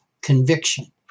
conviction